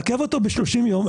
לעכב אותו ב-30 יום,